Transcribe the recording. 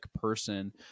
person